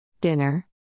Dinner